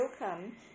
welcome